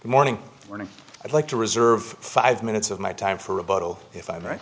morning morning i'd like to reserve five minutes of my time for rebuttal if i'm right